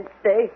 stay